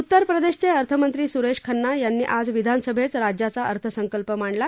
उत्तर प्रदेशाचे अर्थमंत्री सुरेश खन्ना यांनी आज विधानसभेत राज्याच्या अर्थसंकल्प मांडला